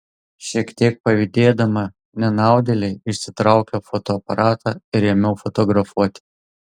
šiek tiek pavydėdama nenaudėlei išsitraukiau fotoaparatą ir ėmiau fotografuoti